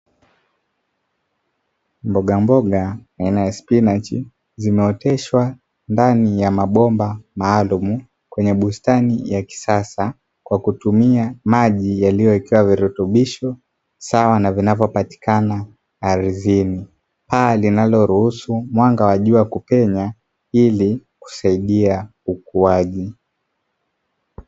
Mbogamboga aina ya spinachi zimeoteshwa ndani ya mabomba maalumu kwenye bustani ya kisasa, kwa kutumia maji yaliyowekewa virutubisho sawa na vinavyopatikana ardhini. Paa linaloruhusu mwanga wa jua kupenya ili kusaidia ukuaji.